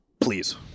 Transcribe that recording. Please